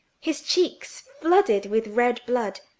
his cheeks flooded with red blood,